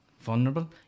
vulnerable